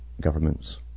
governments